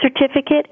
certificate